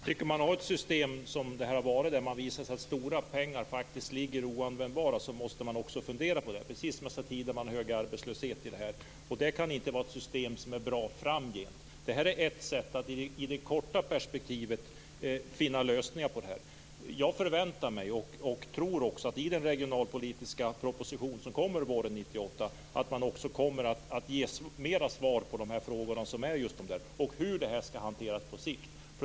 Herr talman! Har man ett system där det visar sig att stora pengar ligger oanvända måste man fundera på det. Precis som jag sade tidigare sker detta när det är en hög arbetslöshet. Det kan inte vara ett system som är bra framgent. Detta är ett sätt att i det korta perspektivet finna lösningar. Jag förväntar mig att den regionalpolitiska proposition som kommer våren 1998 kommer att ge mer svar på de frågor som finns om detta och hur det skall hanteras på sikt.